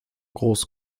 groß